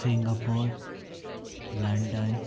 Singapore London